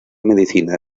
medicina